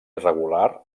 irregular